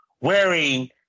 wearing